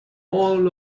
all